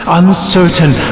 uncertain